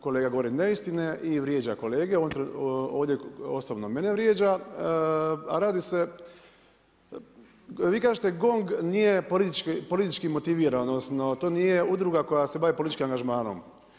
Kolega govori neistine i vrijeđa kolege, ovdje osobno mene vrijeđa, a radi se, vi kažete GONG nije politički motiviran, odnosno to nije udruga koja se radi političkim angažmanom.